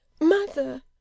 Mother